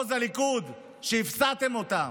מעוז הליכוד, שהפסדתם אותה.